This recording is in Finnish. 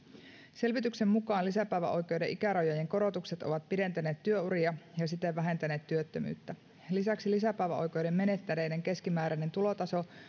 selvityksen mukaan lisäpäiväoikeuden ikärajojen korotukset ovat pidentäneet työuria ja siten vähentäneet työttömyyttä lisäksi lisäpäiväoikeuden menettäneiden keskimääräinen tulotaso